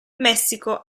messico